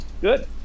good